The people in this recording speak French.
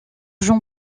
jean